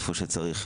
איפה שצריך.